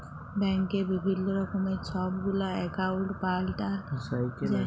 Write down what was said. ব্যাংকে বিভিল্ল্য রকমের ছব গুলা একাউল্ট পাল্টাল যায়